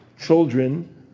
children